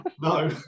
no